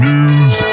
News